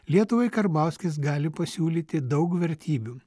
lietuvai karbauskis gali pasiūlyti daug vertybių